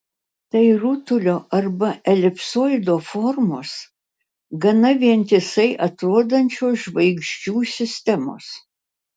tai rutulio arba elipsoido formos gana vientisai atrodančios žvaigždžių sistemos